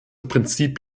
prinzip